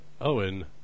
Owen